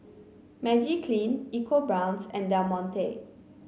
Magiclean EcoBrown's and Del Monte